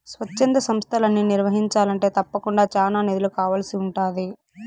స్వచ్ఛంద సంస్తలని నిర్వహించాలంటే తప్పకుండా చానా నిధులు కావాల్సి ఉంటాది